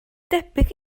debyg